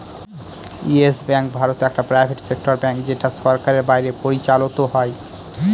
yes bank ভারতে একটি private sector bank যেটা সরকারের বাইরে পরিচালত হয়